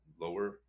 lower